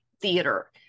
theater